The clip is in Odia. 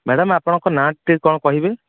ମ୍ୟାଡମ ଆପଣଙ୍କ ନାଁଟା ଟିକେ କ'ଣ କହିବେ